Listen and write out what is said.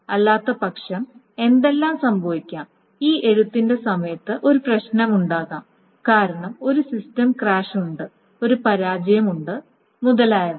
അല്ലാത്തപക്ഷം എന്തെല്ലാം സംഭവിക്കാം ഈ എഴുത്തിന്റെ സമയത്ത് ഒരു പ്രശ്നമുണ്ടാകാം കാരണം ഒരു സിസ്റ്റം ക്രാഷ് ഉണ്ട് ഒരു പരാജയം ഉണ്ട് മുതലായവ